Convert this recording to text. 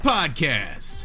Podcast